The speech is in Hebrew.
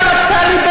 נא לצאת.